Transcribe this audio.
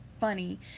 funny